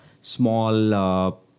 small